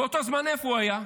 באותו זמן, איפה הוא היה?